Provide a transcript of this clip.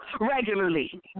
Regularly